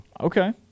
Okay